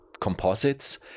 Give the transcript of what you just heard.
composites